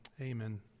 Amen